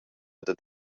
dad